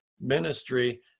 ministry